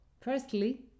Firstly